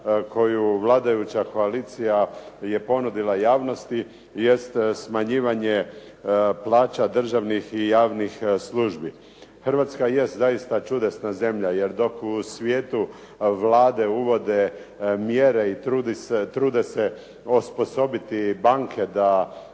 koju vladajuća koalicija je ponudila javnosti jest smanjivanje plaća državnih i javnih službi. Hrvatska jest zaista čudesna zemlja, jer dok u svijetu vlade uvode mjere i trude se osposobiti banke da